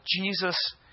Jesus